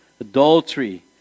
adultery